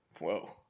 Whoa